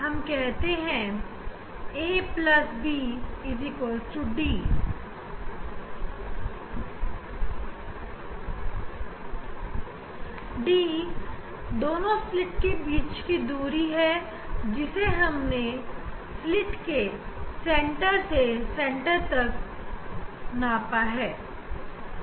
हम कह सकते हैं a b d d slit की दूरी है और a एक स्लिट की चौड़ाई है